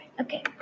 okay